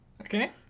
Okay